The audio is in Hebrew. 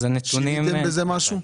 שיניתם בזה משהו?